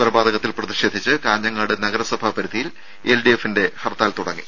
കൊലപാതകത്തിൽ പ്രതിഷേധിച്ച് കാഞ്ഞങ്ങാട് നഗരസഭാ പരിധിയിൽ എൽഡിഎഫ് ആഹ്വാനം ചെയ്ത ഹർത്താൽ തുടങ്ങി